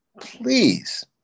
please